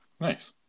Nice